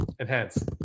enhance